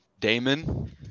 Damon